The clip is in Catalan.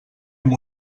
amb